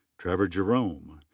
trevor jerome.